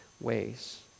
ways